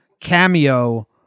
cameo